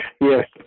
Yes